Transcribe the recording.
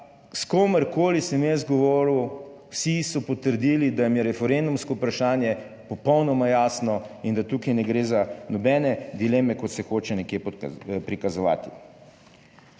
s komerkoli sem jaz govoril, vsi so potrdili, da jim je referendumsko vprašanje popolnoma jasno in da tukaj ne gre za nobene dileme kot se hoče nekje prikazovati.